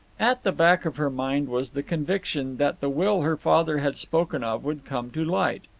at the back of her mind was the conviction that the will her father had spoken of would come to light.